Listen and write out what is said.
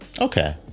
Okay